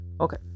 Okay